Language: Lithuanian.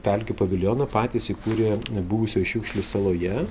pelkių paviljoną patys įkūrė buvusioj šiukšlių saloje